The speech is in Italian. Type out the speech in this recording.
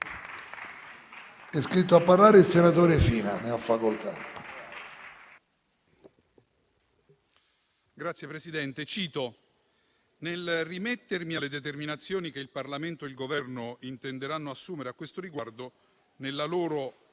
È iscritto a parlare il senatore Fina. Ne ha facoltà.